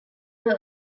were